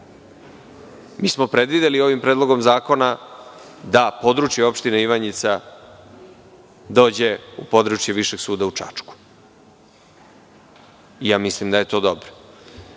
smo predvideli ovim predlogom zakona da područje opštine Ivanjica dođe u područje Višeg suda u Čačku. Mislim da je to dobro.